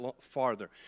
farther